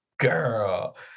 Girl